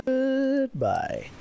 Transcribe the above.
Goodbye